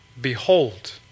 Behold